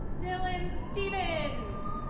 dylan stevens.